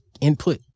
input